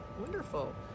wonderful